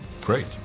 great